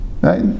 Right